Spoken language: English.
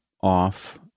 off